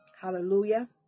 hallelujah